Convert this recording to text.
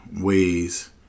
ways